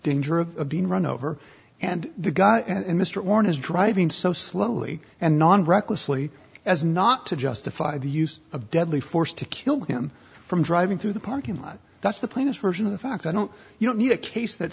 danger of being run over and the guy and mr horn is driving so slowly and non recklessly as not to justify the use of deadly force to kill him from driving through the parking lot that's the plainest version of the fact i don't you don't need a case that